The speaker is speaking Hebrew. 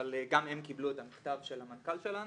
אבל גם הם קיבלו את המכתב של המנכ"ל שלנו.